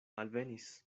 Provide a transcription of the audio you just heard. alvenis